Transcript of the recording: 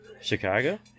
Chicago